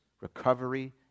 recovery